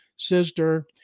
sister